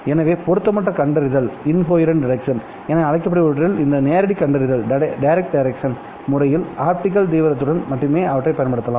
எனவேபொருத்தமற்ற கண்டறிதல் என அழைக்கப்படுபவற்றில் இந்த நேரடி கண்டறிதல் முறையில்ஆப்டிகல் தீவிரத்துடன் மட்டுமே அவற்றைப் பயன்படுத்தலாம்